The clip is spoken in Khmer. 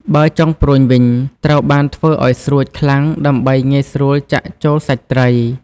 បើចុងព្រួញវិញ ត្រូវបានធ្វើឲ្យស្រួចខ្លាំងដើម្បីងាយស្រួលចាក់ចូលសាច់ត្រី។